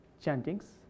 chantings